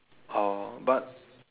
oh but